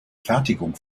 fertigung